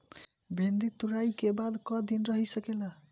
भिन्डी तुड़ायी के बाद क दिन रही सकेला?